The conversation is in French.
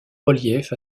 relief